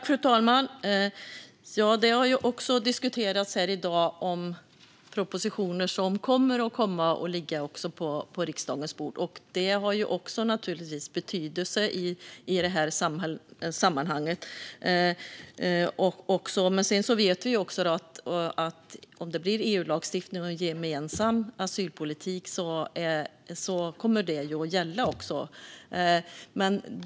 Fru talman! Det har ju här i dag diskuterats om propositioner som ska komma till riksdagen framöver, och det har naturligtvis betydelse i det här sammanhanget. Vi vet också att om det blir EU-lagstiftning och en EU-gemensam asylpolitik är det något som kommer att gälla.